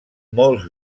molts